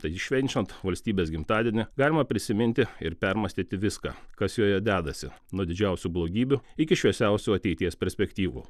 taigi švenčiant valstybės gimtadienį galima prisiminti ir permąstyti viską kas joje dedasi nuo didžiausių blogybių iki šviesiausių ateities perspektyvų